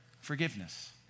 forgiveness